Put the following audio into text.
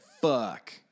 fuck